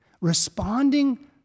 Responding